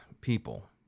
people